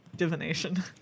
Divination